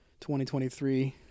2023